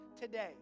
today